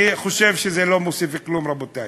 אני חושב שזה לא מוסיף כלום, רבותי.